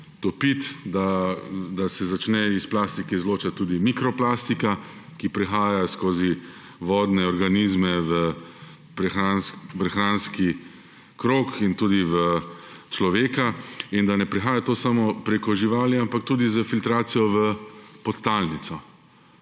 da se začne iz plastike izločati tudi mikroplastika, ki prehaja skozi vodne organizme v prehranski krog, tudi v človeka, in da ne prihaja to samo preko živali, ampak tudi s filtracijo v podtalnico.